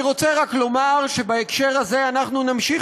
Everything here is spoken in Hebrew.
אני רוצה רק לומר שבהקשר הזה אנחנו נמשיך